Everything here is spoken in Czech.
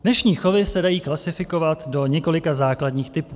Dnešní chovy se dají klasifikovat do několika základních typů.